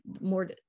more